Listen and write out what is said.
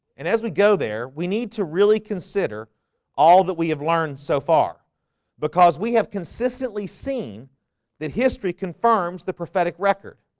and as we go there we need to really consider all that we have learned so far because we have consistently seen that history confirms the prophetic record